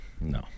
No